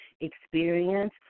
experience